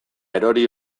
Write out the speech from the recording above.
erori